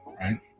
right